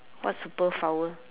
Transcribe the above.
what superpower